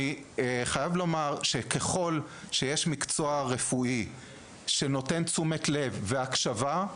ככל שיש מקצוע רפואי שנותן תשומת לב והקשבה,